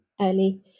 early